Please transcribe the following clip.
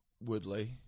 Woodley